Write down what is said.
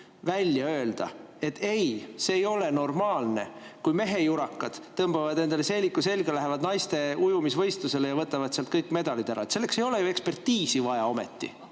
et öelda, ei, see ei ole normaalne, kui mehejurakad tõmbavad endale seeliku selga, lähevad naiste ujumisvõistlusele ja võtavad sealt kõik medalid ära, ei ole ju ometi ekspertiisi vaja.